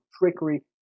trickery